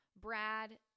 Brad